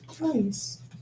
Nice